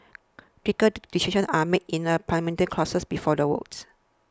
critical decisions are made in a Parliamentary caucus before the votes